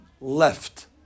left